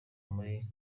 muri